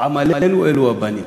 "עמלנו, אלו הבנים".